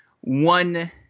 one